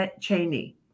Cheney